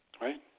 right